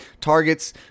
targets